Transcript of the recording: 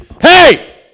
hey